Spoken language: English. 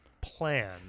plan